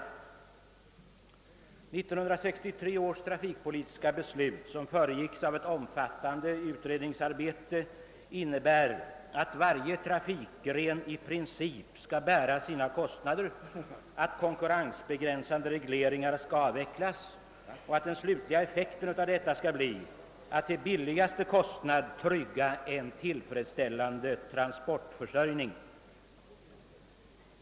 1963 års trafikpolitiska beslut, som föregicks av ett omfattande utredningsarbete, innebar att varje trafikgren i princip skulle bära sina kostnader och att konkurrensbegränsande regleringar skulle avvecklas. Den slutliga effekten skulle bli att till billigaste kostnad trygga en tillfredsställande transportförsörjning.